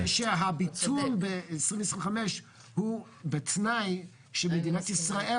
שהפיצול ב-2025 הוא בתנאי שמדינת ישראל